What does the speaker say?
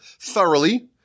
thoroughly